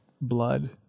blood